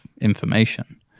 information